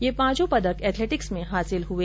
ये पांचों पदक एथलेटिक्स में हासिल हुए